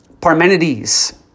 Parmenides